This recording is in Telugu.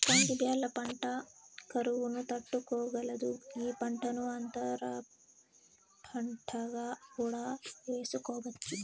కంది బ్యాళ్ళ పంట కరువును తట్టుకోగలదు, ఈ పంటను అంతర పంటగా కూడా వేసుకోవచ్చు